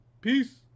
Peace